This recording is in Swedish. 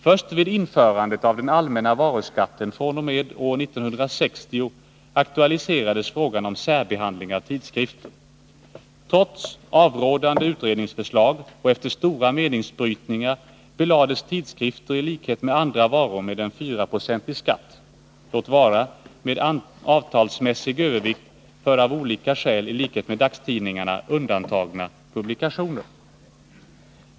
Först vid införandet av den allmänna varuskatten år 1960 aktualiserades frågan om särbehandling av tidskrifter. Trots avrådande utredningsförslag och efter stora meningsbrytningar belades tidskrifter i likhet med andra varor med en 4-procentig skatt — låt vara med antalsmässig övervikt för av olika skäl, i likhet med dagstidningarna, undantagna publikationer.